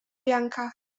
janka